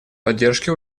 поддержки